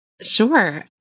Sure